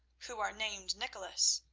who are named nicholas,